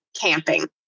camping